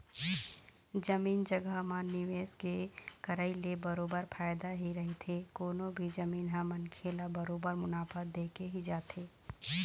जमीन जघा म निवेश के करई ले बरोबर फायदा ही रहिथे कोनो भी जमीन ह मनखे ल बरोबर मुनाफा देके ही जाथे